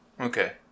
Okay